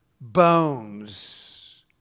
Bones